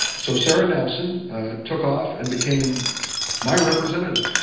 so sara nelson took off and became my representative,